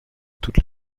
toute